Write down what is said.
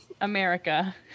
america